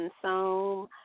consume